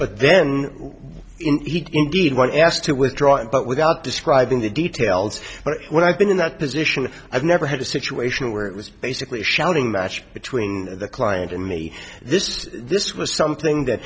but then indeed when asked to withdraw it but without describing the details but when i've been in that position i've never had a situation where it was basically a shouting match between the client and me this is this was something that